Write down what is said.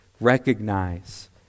recognize